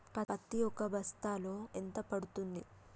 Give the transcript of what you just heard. పత్తి ఒక బస్తాలో ఎంత పడ్తుంది?